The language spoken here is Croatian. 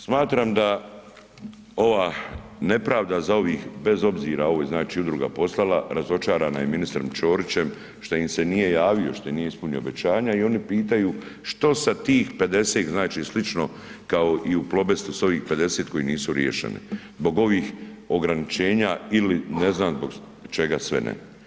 Smatram da ova nepravda za ovih, bez obzira ovo je znači udruga poslala, razočarana je ministrom Ćorićem što im se nije javio, što nije ispunio obećanje i oni pitanju, što sa tih 50 znači slično kao i u „Plobestu“ s ovih 50 koji nisu riješeni zbog ovih ograničenja ili ne znam zbog čega sve ne.